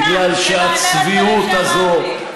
בגלל שהצביעות הזאת,